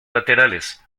laterales